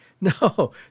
no